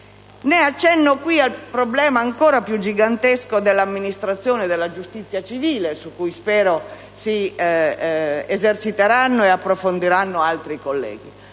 Né accenno qui al problema ancora più gigantesco dell'amministrazione della giustizia civile, sul quale spero si eserciteranno e approfondiranno altri colleghi.